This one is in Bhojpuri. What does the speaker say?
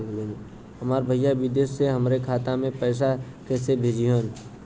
हमार भईया विदेश से हमारे खाता में पैसा कैसे भेजिह्न्न?